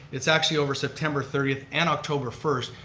it's actually over september thirtieth, and october first.